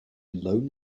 alone